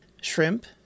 shrimp